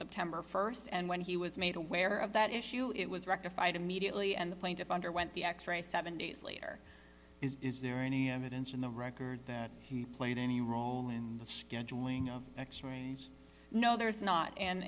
september st and when he was made aware of that issue it was rectified immediately and the plaintiff underwent the x ray seven days later is there any evidence in the record that he played any role in the scheduling of x ray no there is not